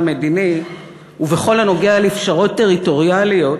המדיני ובכל הנוגע לפשרות טריטוריאליות,